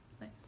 Nice